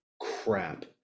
crap